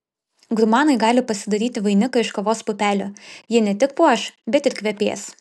gurmanai gali pasidaryti vainiką iš kavos pupelių ji ne tik puoš bet ir kvepės